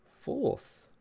fourth